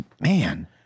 man